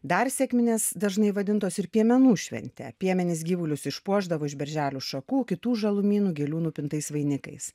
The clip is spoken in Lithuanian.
dar sekminės dažnai vadintos ir piemenų švente piemenys gyvulius išpuošdavo iš berželių šakų kitų žalumynų gėlių nupintais vainikais